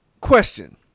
question